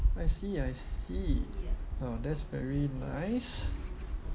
I see I see oh that's very nice